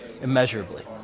immeasurably